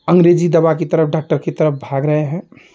अंग्रेजी दवा की तरफ़ डाक्टर की तरफ़ भाग रहे हैं